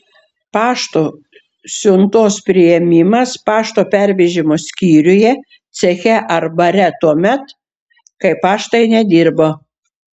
pašto siuntos priėmimas pašto pervežimo skyriuje ceche ar bare tuomet kai paštai nedirba